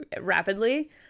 rapidly